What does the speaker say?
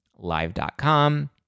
live.com